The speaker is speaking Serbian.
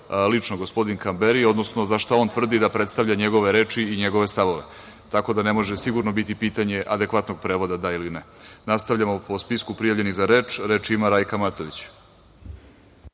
lično gospodin Kamberi, odnosno za šta on tvrdi da predstavlja njegove reči i njegove stavove. Tako da, ne može sigurno biti pitanje adekvatnog prevoda da ili ne. Nastavljamo po spisku prijavljenih za reč. Reč ima Rajka Matović.